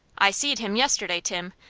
i seed him yesterday, tim,